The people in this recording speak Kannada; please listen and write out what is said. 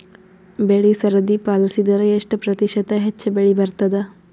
ಬೆಳಿ ಸರದಿ ಪಾಲಸಿದರ ಎಷ್ಟ ಪ್ರತಿಶತ ಹೆಚ್ಚ ಬೆಳಿ ಬರತದ?